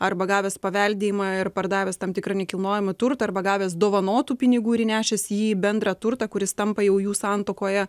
arba gavęs paveldėjimą ir pardavęs tam tikrą nekilnojamą turtą arba gavęs dovanotų pinigų ir įnešęs jį į bendrą turtą kuris tampa jau jų santuokoje